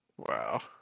Wow